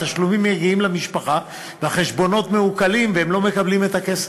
התשלומים מגיעים למשפחה והחשבונות מעוקלים והם לא מקבלים את הכסף.